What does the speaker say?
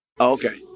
Okay